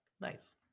Nice